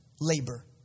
labor